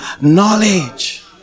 knowledge